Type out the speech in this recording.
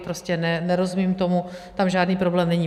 Prostě nerozumím tomu, tam žádný problém není.